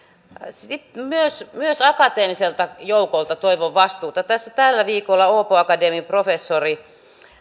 myös myös akateemiselta joukolta toivon vastuuta tällä viikolla åbo akademin professori